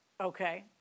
Okay